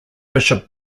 bishop